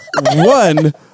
one